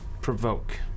provoke